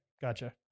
gotcha